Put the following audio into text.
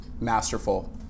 masterful